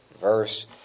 verse